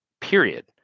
period